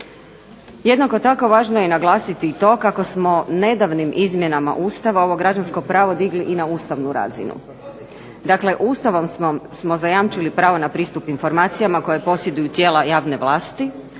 Jednako tako važno je naglasiti i to kako smo nedavnim izmjenama Ustava ovo građansko pravo digli i na ustavnu razinu. Dakle, Ustavom smo zajamčili pravo na pristup informacijama koje posjeduju tijela javne vlasti,